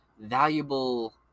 valuable